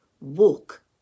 walk